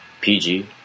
PG